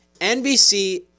NBC